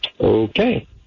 Okay